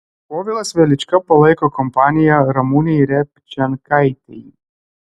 povilas velička palaiko kompaniją ramunei repčenkaitei